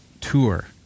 tour